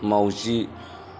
मावजि